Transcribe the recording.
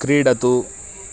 क्रीडतु